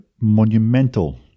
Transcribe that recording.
monumental